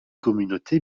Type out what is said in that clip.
communauté